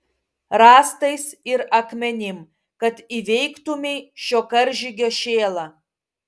rąstais ir akmenim kad įveiktumei šio karžygio šėlą